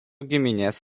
giminės